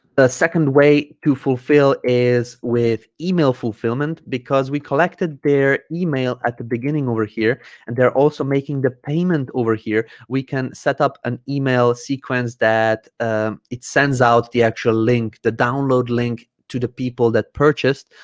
the second way to fulfill is with email fulfillment because we collected their email at the beginning over here and they're also making the payment over here we can set up an email sequence that ah it sends out the actual link the download link to the people that purchased